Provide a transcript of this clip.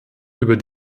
über